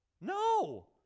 No